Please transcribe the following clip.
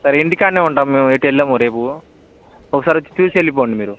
sir ఇంటికాడ్నే ఉంటాము మేము ఎటు వెళ్ళము రేపు ఒకసారి వచ్చి చూసి వెళ్ళిపోండి మీరు